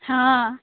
हँ